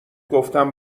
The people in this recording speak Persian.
گفتم